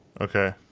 Okay